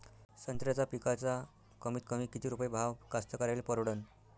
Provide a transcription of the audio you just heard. संत्र्याचा पिकाचा कमीतकमी किती रुपये भाव कास्तकाराइले परवडन?